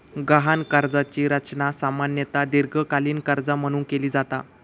गहाण कर्जाची रचना सामान्यतः दीर्घकालीन कर्जा म्हणून केली जाता